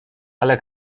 ale